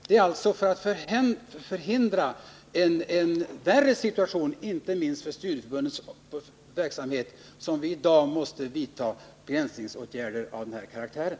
Det är för att förhindra att vi hamnar i en ännu sämre situation — det gäller inte minst studieförbundens verksamhet — som vi i dag måste vidta begränsningsåtgärder av den här karaktären.